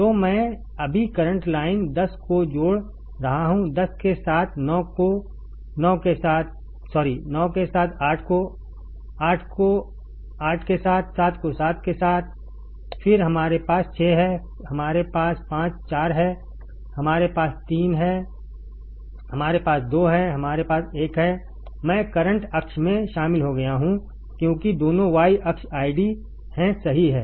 तो मैं अभी करंट लाइन दस को जोड़ रहा हूँ दस के साथ 9 को 9 के साथ सॉरी 9 के साथ 8 को 8 के साथ 7 को 7 के साथ फिर हमारे पास 6 हैं हमारे पास 5 4 हैं हमारे पास 3 हमारे पास 2 हैं हमारे पास 1 है मैं करंट अक्ष में शामिल हो गया हूं क्योंकि दोनों y अक्ष आईडी हैं सही है